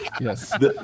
Yes